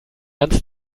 ganze